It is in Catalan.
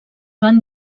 van